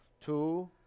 two